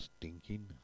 stinking